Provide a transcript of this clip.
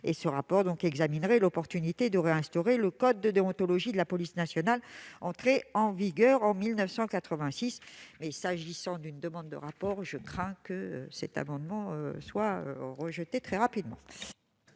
Ce rapport examinerait l'opportunité de réinstaurer le code de déontologie de la police nationale entré en vigueur en 1986. S'agissant d'une demande de rapport, je crains que cet amendement ne soit rejeté ... Quel est